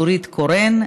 נורית קורן,